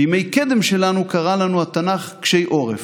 בימי קדם שלנו קרא לנו התנ"ך קשי עורף.